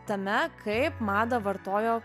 tame kaip madą vartojo